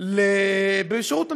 בשירות המדינה,